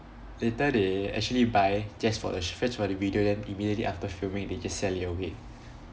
later they actually buy just for a just for the video then immediately after filming they just sell it away